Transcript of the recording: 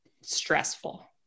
stressful